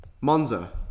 Monza